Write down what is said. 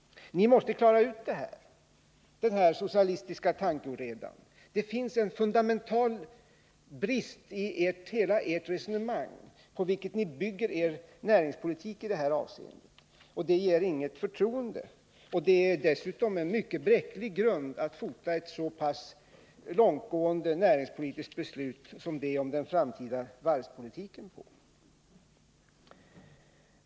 Ni måste klara ut denna socialistiska tankeoreda. Det finns en fundamental brist i det resonemang på vilket ni bygger er näringspolitik i det här avseendet. Det inger inget förtroende och är en mycket bräcklig grund att fota ett så pass långtgående näringspolitiskt beslut som det om den framtida varvspolitiken på.